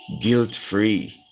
guilt-free